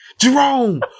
Jerome